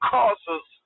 Causes